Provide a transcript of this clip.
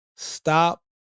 Stop